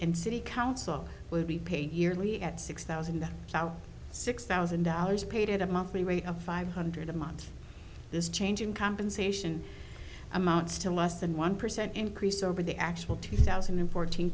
and city council will be paid yearly at six thousand six thousand dollars paid at a monthly rate of five hundred a month this change in compensation amounts to less than one percent increase over the actual two thousand and fourteen